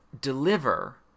deliver